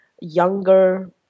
younger